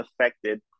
affected